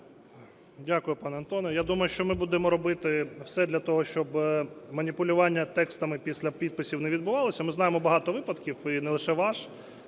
Дякую, пан Антон. Я думаю, що ми будемо робити все для того, щоб маніпулювання текстами після підписів не відбувалося. Ми знаємо багато випадків і не лише ваш.